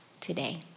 today